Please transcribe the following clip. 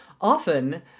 often